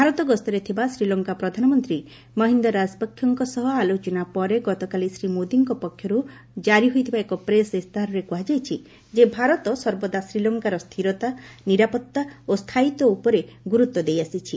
ଭାରତ ଗସ୍ତରେ ଥିବା ଶ୍ରୀଲଙ୍କା ପ୍ରଧାନମନ୍ତ୍ରୀ ମହିନ୍ଦ ରାଜପକ୍ଷଙ୍କ ସହ ଆଲୋଚନା ପରେ ଗତକାଲି ଶ୍ରୀ ମୋଦିଙ୍କ ପକ୍ଷରୁ ଜାରି ହୋଇଥିବା ଏକ ପ୍ରେସ୍ ଇସ୍ତାହାରରେ କୁହାଯାଇଛି ଯେ ଭାରତ ସର୍ବଦା ଶ୍ରୀଲଙ୍କାର ସ୍ଥିରତା ନିରାପତ୍ତା ଓ ସ୍ଥାୟୀତ୍ୱ ଉପରେ ଗୁରୁତ୍ୱ ଦେଇଆସିଛି